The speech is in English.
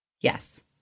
Yes